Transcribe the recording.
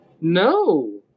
No